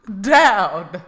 down